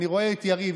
אני רואה את יריב,